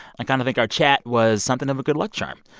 i kind of think our chat was something of a good luck charm.